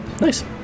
Nice